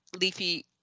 leafy